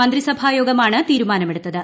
മന്ത്രിസ്ഭായ്ോഗമാണ് തീരുമാനമെടുത്തത്